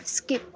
skip